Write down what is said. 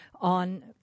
on